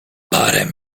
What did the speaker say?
parę